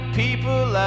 people